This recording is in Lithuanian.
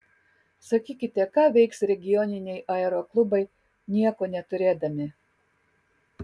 sakykite ką veiks regioniniai aeroklubai nieko neturėdami